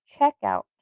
checkout